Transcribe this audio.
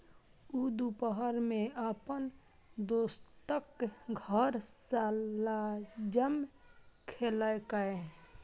ऊ दुपहर मे अपन दोस्तक घर शलजम खेलकै